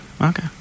okay